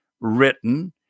written